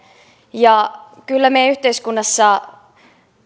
ja kyllä meidän yhteiskunnassa